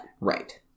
Right